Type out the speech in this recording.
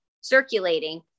circulating